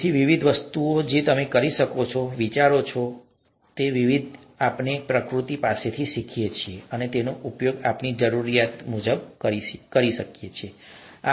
તેથી ત્યાં વિવિધ વસ્તુઓ છે જે તમે કરી શકો છો વિવિધ વિચારો વસ્તુઓ કરવાની વિવિધ રીતો જે આપણે પ્રકૃતિ પાસેથી શીખી શકીએ છીએ અને તેનો ઉપયોગ આપણી પોતાની જરૂરિયાતો માટે કરી શકીએ છીએ